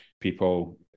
people